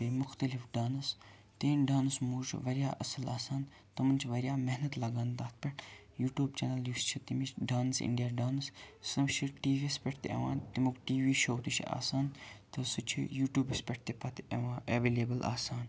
مُختلِف ڈانس تِہٕنٛدۍ ڈانس مُوٕز چھُ واریاہ اصٕل آسان تِمن چھ واریاہ محنَت لَگان تَتھ پیٚٹھ یوٗ ٹیوب چَنَل یُس چھُ تَمِچ ڈانس اِنڈیا ڈانس سم چھِ ٹی وی یَس پیٚٹھ تہِ یِوان تمیُک ٹی وی شو تہِ چھُ آسان تہٕ سُہ چھُ یوٗٹیوبَس پیٚٹھ تہٕ پَتہٕ یِوان اَیویلیبٕل آسان